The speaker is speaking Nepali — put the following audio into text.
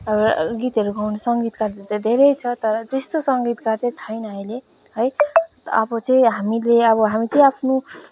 र गीतहरू गाउने सङ्गीतकारहरू चाहिँ धेरै छ तर त्यस्तो सङ्गीतकार चाहिँ छैन अहिले है अब चाहिँ हामीले अब हामी चाहिँ आफ्नो